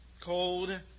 cold